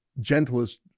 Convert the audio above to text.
gentlest